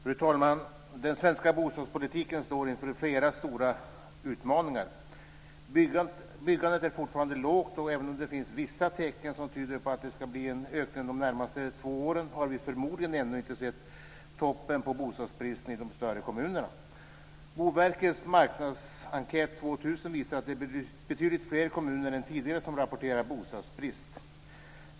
Fru talman! Den svenska bostadspolitiken står inför flera stora utmaningar. Byggandet är fortfarande lågt. Även om det finns vissa tecken på att det blir en ökning under de närmaste två åren har vi förmodligen ännu inte sett toppen på bostadsbristen i de större kommunerna. Boverkets bostadsmarknadsenkät 2000 visar att det nu är betydligt fler kommuner än tidigare som rapporterar om bostadsbrist.